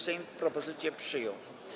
Sejm propozycję przyjął.